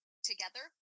Together